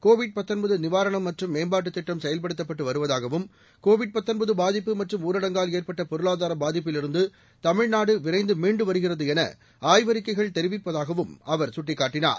Covid நிவாரணம் மற்றும் மேம்பாட்டுத் திட்டம் செயல்படுத்தப்பட்டு வருவதாகவும் கோவிட் பாதிப்பு மற்றும் ஊரடங்கால் ஏற்பட்ட பொருளாதார பாதிப்பிலிருந்து தமிழ்நாடு விரைந்து மீண்டு வருகிறது என ஆய்வறிக்கைகள் தெரிவிப்பதாகவும் அவர் சுட்டிக்காட்டினார்